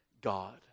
God